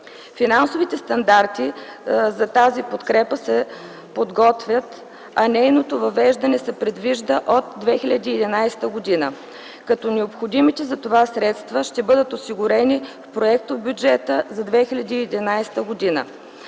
Финансовите стандарти за тази подкрепа се подготвят, а нейното въвеждане се предвижда от 2011 г., като необходимите за това средства ще бъдат осигурени в проектобюджета за 2011 г.